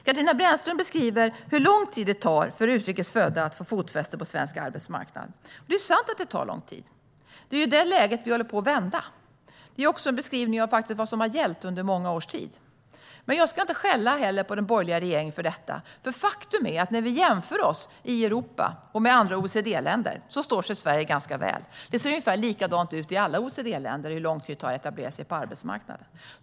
Katarina Brännström beskriver hur lång tid det tar för utrikes födda att få fotfäste på svensk arbetsmarknad. Det är sant att det tar lång tid. Det är det läget vi håller på att vända. Det är också en beskrivning av vad som har gällt under många års tid. Jag ska inte heller skälla på den borgerliga regeringen för detta. Faktum är att när vi jämför oss i Europa och med andra OECD-länder står sig Sverige ganska väl. Det ser ungefär likadant ut i alla OECD-länder när det gäller hur lång tid det tar att etablera sig på arbetsmarknaden.